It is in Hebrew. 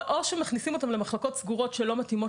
או שמכניסים אותם למחלקות סגורות שלא מתאימות